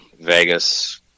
vegas